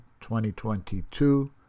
2022